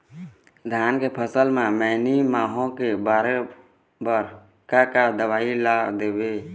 धान के फसल म मैनी माहो के बर बर का का दवई ला देबो?